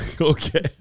Okay